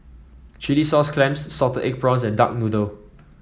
Chilli Sauce Clams Salted Egg Prawns and Duck Noodle